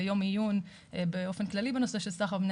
יום עיון באופן כללי בנושא של סחר בבני